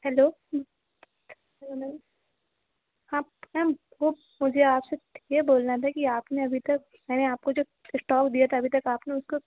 hello hello हाँ ma'am वह मुझे आपसे यह बोलना था कि आपने अभी तक मैंने आपको जो इस्टॉक दिया था अभी तक आपने उसको